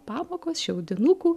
pamokos šiaudinukų